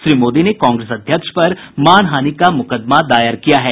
श्री मोदी ने कांग्रेस अध्यक्ष पर मानहानि का मुकदमा दायर किया है